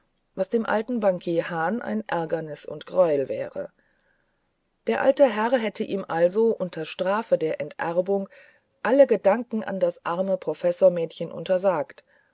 was dem alten bankier hahn ein ärgernis und greuel wäre der alte herr hätte ihm also unter strafe der enterbung alle gedanken an das arme professormädchen untersagt